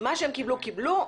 מה שקיבלו קיבלו.